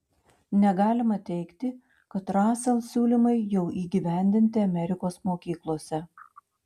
negalima teigti kad rasel siūlymai jau įgyvendinti amerikos mokyklose